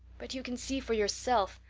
but you can see for yourself.